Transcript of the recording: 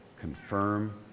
confirm